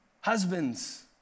Husbands